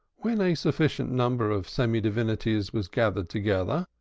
when a sufficient number of semi-divinities was gathered together,